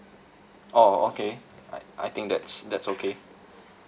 oh okay I I think that's that's okay